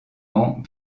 ans